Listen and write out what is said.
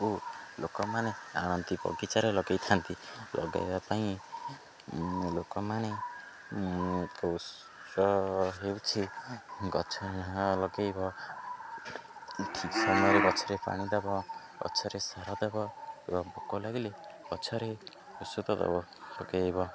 କୁ ଲୋକମାନେ ଆଣନ୍ତି ବଗିଚାରେ ଲଗେଇଥାନ୍ତି ଲଗେଇବା ପାଇଁ ଲୋକମାନେ ଉତ୍ସ ହେଉଛି ଗଛ ଲଗେଇବ ଠିକ୍ ସମୟରେ ଗଛରେ ପାଣି ଦବ ଗଛରେ ସାର ଦବ ଏବଂ ପୋକ ଲାଗିଲେ ଗଛରେ ଓଷଦ ଦବ ପକେଇବ